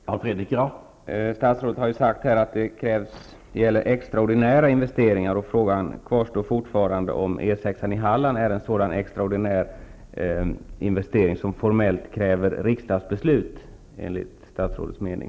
Herr talman! Statsrådet har ju sagt att det här gäller extraordinära investeringar. Frågan kvarstår fortfarande om E 6 i Halland är en sådan extraordinär investering som formellt kräver riksdagsbeslut enligt statsrådets mening.